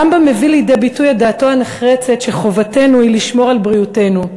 הרמב"ם מביא לידי ביטוי את דעתו הנחרצת שחובתנו לשמור על בריאותנו.